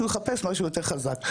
הוא יחפש משהו יותר חזק.